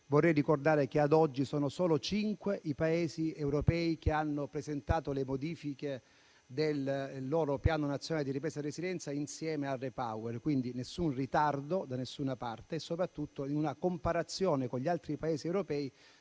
Vorrei ricordare che ad oggi sono solo cinque i Paesi europei che hanno presentato le modifiche del loro Piano nazionale di ripresa e resilienza insieme al REPowerEU, quindi non c'è alcun ritardo da nessuna parte. Soprattutto, in una comparazione con gli altri Paesi europei